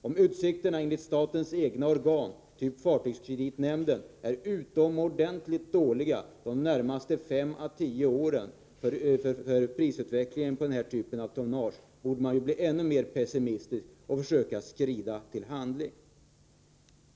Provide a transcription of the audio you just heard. Om utsikterna enligt statens egna organ, typ fartygskreditnämnden, är utomordentligt dåliga de närmaste 5-10 åren när det gäller prisutvecklingen för sådant här tonnage, borde man vara ännu mer pessimistisk och försöka skrida till handling.